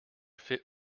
fit